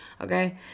Okay